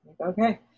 Okay